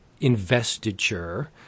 investiture